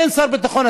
אין שר ביטחון.